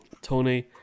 Tony